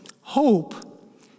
Hope